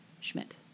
Schmidt